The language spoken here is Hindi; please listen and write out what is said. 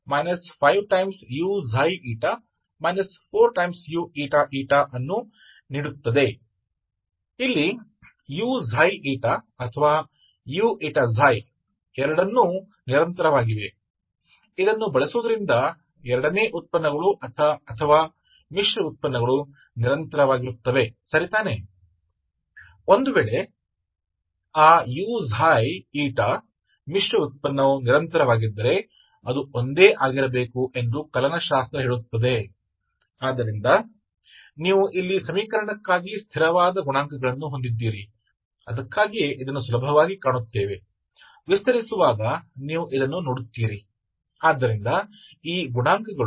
तो यह मुझे देगा uxy uξ ξ uξ η 4uξ η 4uηη uξ ξ 5uξ η 4uηη uξ η या uηξ दोनों निरंतर उपयोग कर रहे हैं कि दूसरा डेरिवेटिवस या मिश्रित डेरिवेटिवस निरंतर है ठीक है यदि uξ η वे मिश्रित डेरिवेटिव निरंतर हैं तो यह समान होना चाहिए ताकि गणना से हो